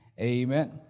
amen